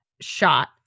shot